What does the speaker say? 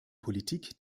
politik